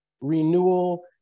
renewal